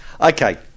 okay